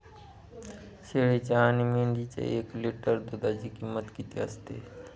शेळीच्या आणि मेंढीच्या एक लिटर दूधाची किंमत किती असते?